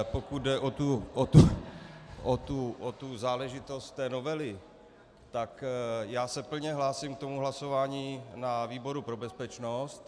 Pokud jde o záležitost té novely, tak já se plně hlásím k tomu hlasování na výboru pro bezpečnost.